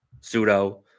pseudo